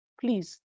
please